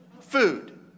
food